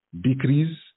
decrease